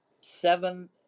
seven